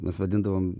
mes vadindavom